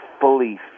fully